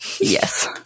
Yes